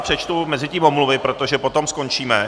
Přečtu mezitím omluvy, protože potom skončíme.